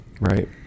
right